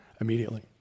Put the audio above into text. immediately